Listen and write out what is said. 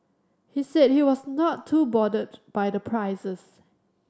he said he was not too bothered by the prices